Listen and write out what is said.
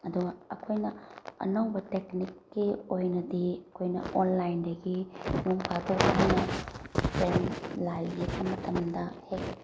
ꯑꯗꯣ ꯑꯩꯈꯣꯏꯅ ꯑꯅꯧꯕ ꯇꯦꯛꯅꯤꯛꯀꯤ ꯑꯣꯏꯅꯗꯤ ꯑꯩꯈꯣꯏꯅ ꯑꯣꯟꯂꯥꯏꯟꯗꯒꯤ ꯅꯣꯡꯐꯥꯗꯣꯛ ꯑꯩꯈꯣꯏꯅ ꯂꯥꯏ ꯌꯦꯛꯄ ꯃꯇꯝꯗ ꯍꯦꯛ